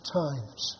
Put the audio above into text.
times